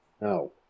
No